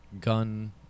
gun